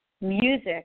music